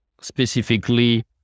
specifically